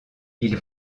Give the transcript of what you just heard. ils